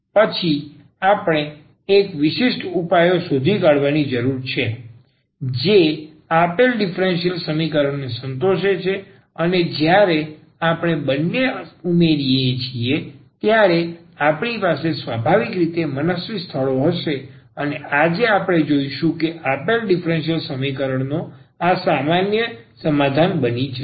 અને પછી આપણે ફક્ત એક વિશિષ્ટ ઉપાયો શોધી કાઢવાની જરૂર છે જે આપેલ ડીફરન્સીયલ સમીકરણને સંતોષે છે અને જ્યારે આપણે બંને ઉમેરીએ છીએ ત્યારે આપણી પાસે સ્વાભાવિક રીતે આ મનસ્વી સ્થળો હશે અને આજે આપણે જોઇશું કે આપેલ ડીફરન્સીયલ સમીકરણનો આ સામાન્ય સમાધાન બની જશે